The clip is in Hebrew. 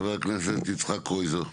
חבר הכנסת יצחק קרויזר.